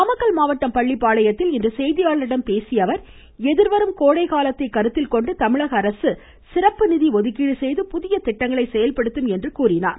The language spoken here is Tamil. நாமக்கல் மாவட்டம் பள்ளிபாளையத்தில் இன்று செய்தியாளர்களிடம் பேசிய அவர் எதிர்வரும் கோடைக்காலத்தை கருத்தில் கொண்டு தமிழக அரசு சிறப்புநிதி ஒதுக்கீடு செய்து புதிய திட்டங்களை செயல்படுத்தும் என்றார்